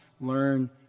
learn